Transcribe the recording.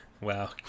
Wow